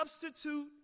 substitute